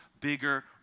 bigger